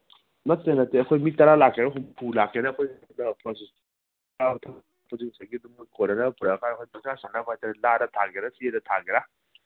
ꯅꯠꯇꯦ ꯅꯠꯇꯦ ꯑꯩꯈꯣꯏ ꯃꯤ ꯇꯔꯥ ꯂꯥꯛꯀꯦꯔꯥ ꯍꯨꯝꯐꯨ ꯂꯥꯛꯀꯦꯔꯥ ꯆꯥꯕ ꯊꯛꯄꯗꯨꯗꯤ ꯉꯁꯥꯏꯒꯤ ꯃꯈꯣꯏ ꯀꯣꯅꯅꯕ ꯄꯨꯔꯛꯑꯀꯥꯟꯗ ꯄꯪꯆꯥ ꯆꯥꯅꯕ ꯍꯥꯏ ꯇꯥꯔꯦ ꯂꯥꯗ ꯊꯥꯒꯦꯔꯥ ꯆꯦꯗ ꯊꯥꯒꯦꯔꯥ